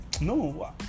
No